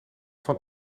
van